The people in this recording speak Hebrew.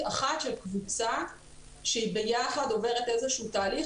אחת של קבוצה שעוברת ביחד איזה שהוא תהליך,